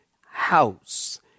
house